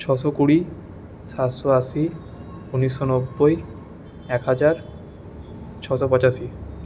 ছশো কুড়ি সাতশো আশি উনিশশো নব্বই এক হাজার ছশো পঁচাশি